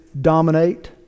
dominate